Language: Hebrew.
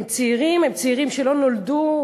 הם צעירים, הם צעירים שלא נולדו,